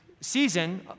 season